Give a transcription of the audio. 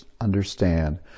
understand